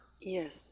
Yes